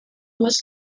was